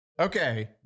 Okay